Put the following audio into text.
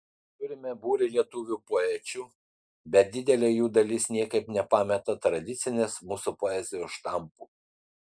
turime būrį lietuvių poečių bet didelė jų dalis niekaip nepameta tradicinės mūsų poezijos štampų